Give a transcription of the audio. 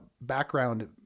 background